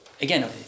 again